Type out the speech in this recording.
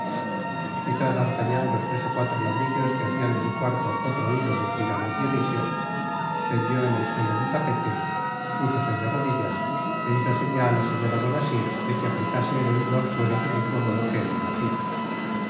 quitó d'artagnan los tres ó cuatro ladrillos que hacían de su cuarto otro oido del tirano dionisio tendió en el suelo un tapete púsose de rodillas é hizo seña á la señora bonacieux de que aplicase el oido al suelo del mismo modo que él lo hacia